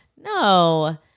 No